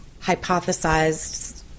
hypothesized